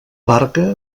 barca